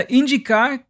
indicar